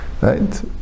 Right